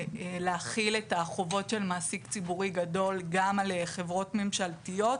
להחיל את החובות של מעסיק ציבורי גדול גם על חברות ממשלתיות.